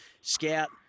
scout